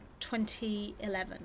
2011